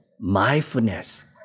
mindfulness